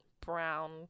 brown